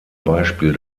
beispiel